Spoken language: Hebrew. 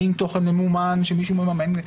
האם תוכן ממומן שמישהו מממן,